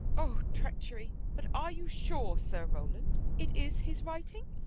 o treachery! but are you sure, sir rowland, it is his writing?